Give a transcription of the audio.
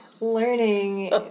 learning